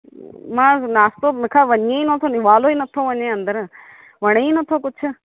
मां नास्तो मूंखां वञे ई न थो निवालो ई न थो वञे अंदरि वणे ई न थो कुझु